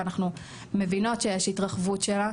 ואנחנו מבינות שיש התרחבות שלה